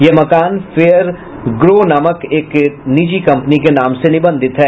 यह मकान Fair Grow नामक एक निजी कंपनी के नाम से निबंधित है